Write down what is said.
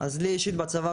אז לי אישית בצבא,